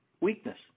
weakness